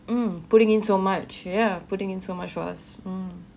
mm putting in so much yeah putting in so much for us mm